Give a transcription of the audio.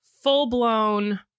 Full-blown